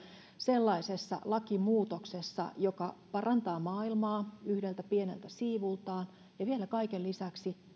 sellaisessa lakimuutoksessa joka parantaa maailmaa yhdeltä pieneltä siivultaan ja vielä kaiken lisäksi